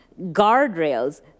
guardrails